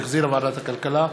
שהחזירה ועדת הכלכלה.